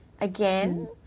again